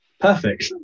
perfect